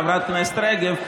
חברת הכנסת רגב,